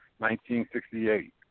1968